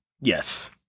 yes